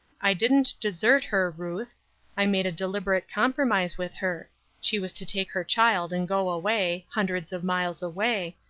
i didn't desert her, ruth i made a deliberate compromise with her she was to take her child and go away, hundreds of miles away,